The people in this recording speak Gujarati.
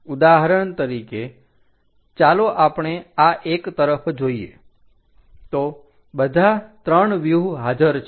ઉદાહરણ તરીકે ચાલો આપણે આ એક તરફ જોઈએ તો બધા 3 વ્યુહ હાજર છે